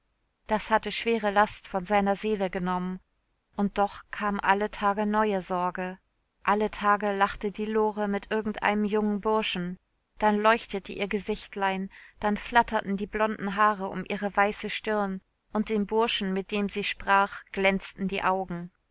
das hatte schwere last von seiner seele genommen und doch kam alle tage neue sorge alle tage lachte die lore mit irgendeinem jungen burschen dann leuchtete ihr gesichtlein dann flatterten die blonden haare um ihre weiße stirn und dem burschen mit dem sie sprach glänzten die augen